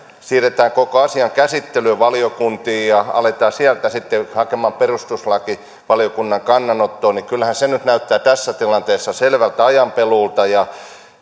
siirretään koko asian käsittely valiokuntiin ja aletaan sieltä sitten hakemaan perustuslakivaliokunnan kannanottoa nyt näyttää tässä tilanteessa selvältä ajan peluulta ja